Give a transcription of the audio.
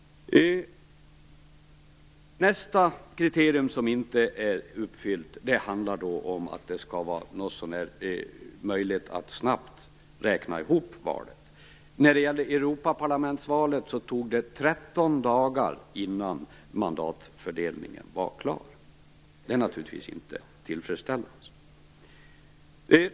Nästa kriterium som inte är uppfyllt är att det skall finnas möjlighet att snabbt räkna ihop valsedlarna. Vid Europaparlamentsvalet tog det 13 dagar innan mandatfördelningen var klar. Det är naturligtvis inte tillfredsställande.